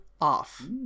off